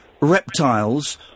reptiles